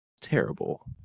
terrible